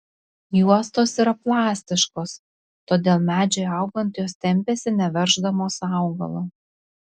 juostos yra plastiškos todėl medžiui augant jos tempiasi neverždamos augalo